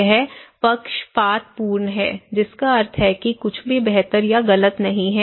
यह पक्षपातपूर्ण है जिसका अर्थ है कि कुछ भी बेहतर या गलत नहीं है